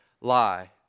lie